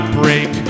break